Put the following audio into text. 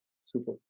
Super